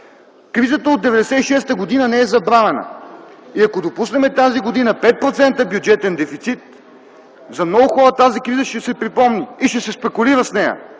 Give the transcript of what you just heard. Кризата от 1996 г. не е забравена и ако допуснем през тази година пет процентен бюджетен дефицит, за много хора тази криза ще се припомни и ще се спекулира с нея.